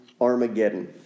Armageddon